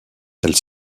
elle